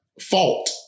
fault